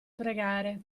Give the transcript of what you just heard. pregare